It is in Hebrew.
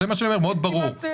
מאוד ברור.